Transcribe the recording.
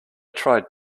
tried